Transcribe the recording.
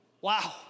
Wow